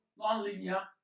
nonlinear